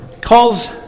calls